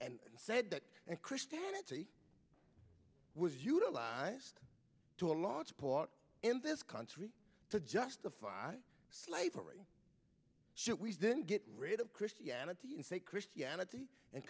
and said that and christianity was utilized to a large part in this country to justify slavery we didn't get rid of christianity and say christianity and